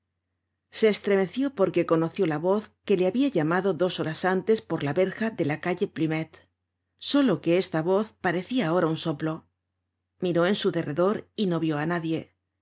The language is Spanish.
se estremeció porque conoció la voz que le habia llamado dos horas antes por la verja de la calle plumet solo que esta voz parecia ahora un soplo miró en su derredor y no vió á nadie